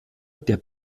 der